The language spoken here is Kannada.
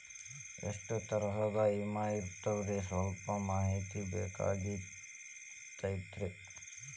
ಎಷ್ಟ ತರಹದ ವಿಮಾ ಇರ್ತಾವ ಸಲ್ಪ ಮಾಹಿತಿ ಬೇಕಾಗಿತ್ರಿ